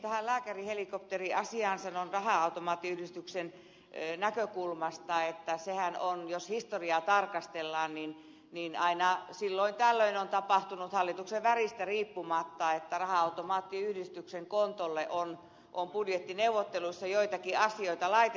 tähän lääkärihelikopteriasiaan sanon raha automaattiyhdistyksen näkökulmasta että jos historiaa tarkastellaan aina silloin tällöin on tapahtunut hallituksen väristä riippumatta että raha automaattiyhdistyksen kontolle on budjettineuvotteluissa joitakin asioita laitettu